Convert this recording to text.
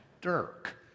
Dirk